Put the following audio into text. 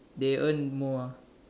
they earn more ah